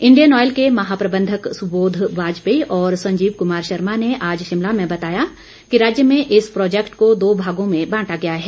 Indian oil के महाप्रबंधक सुबोध वाजपेयी और संजीव कुमार शर्मा ने आज शिमला में बताया कि राज्य में इस प्रोजैक्ट को दो भागों में बांटा गया है